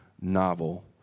novel